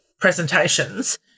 presentations